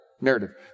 narrative